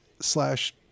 slash